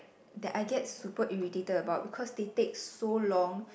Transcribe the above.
that I get super irritated about because they take so long